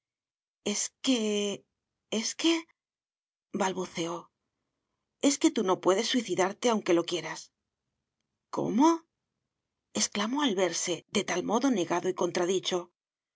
es que es que balbuceó es que tú no puedes suicidarte aunque lo quieras cómo exclamó al verse de tal modo negado y